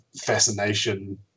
fascination